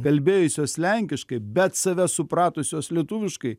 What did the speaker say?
kalbėjusios lenkiškai bet save supratusios lietuviškai